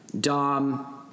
Dom